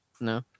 No